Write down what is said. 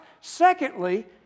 Secondly